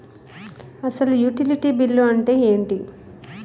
అసలు utility bill అంతే ఎంటి?